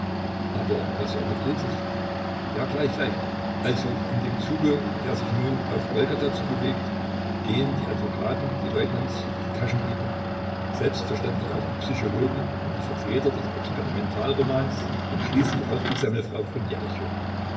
aber was war mit iltis ja gleich gleich also in dem zuge der sich nun auf golgatha zubewegt gehen die advokaten die leutnants die taschendiebe selbstverständlich auch die psychologen und die vertreter des experimentalromans und schließlich auch die semmelfrau von jericho